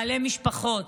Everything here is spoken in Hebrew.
בעלי משפחות.